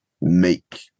make